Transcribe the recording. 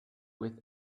with